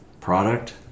product